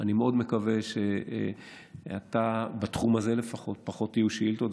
אני מאוד מקווה שבתחום הזה לפחות יהיו פחות שאילתות.